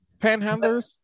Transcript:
panhandlers